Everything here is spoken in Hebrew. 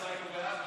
34),